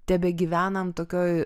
tebegyvenam tokioj